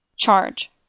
Charge